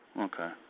Okay